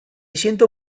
siento